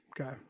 Okay